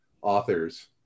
authors